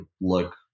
look